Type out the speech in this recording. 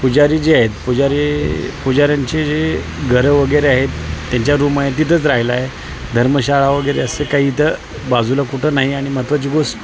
पुजारी जे आहेत पुजारी पुजाऱ्यांचे जे घरं वगैरे आहेत त्यांच्या रूम आहे तिथंच राहिलं आहे धर्मशाळा वगैरे असं काही इथं बाजूला कुठं नाही आणि महत्त्वाची गोष्ट